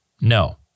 no